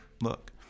look